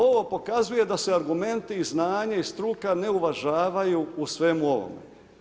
Ovo pokazuje da se argumenti i znanje i struka ne uvažavaju u svemu ovome.